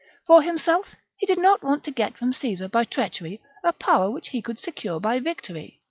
for himself, he did not want to get from caesar by treachery a power which he could secure by victory,